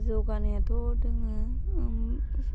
जौगानायाथ' दङ